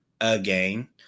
again